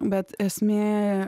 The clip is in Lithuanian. bet esmė